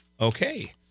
Okay